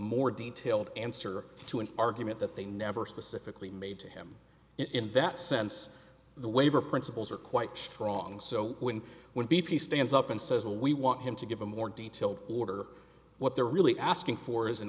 more detailed answer to an argument that they never specifically made to him in that sense the waiver principles are quite strong so when when b p stands up and says well we want him to give a more detailed order what they're really asking for is an